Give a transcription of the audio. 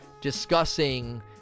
discussing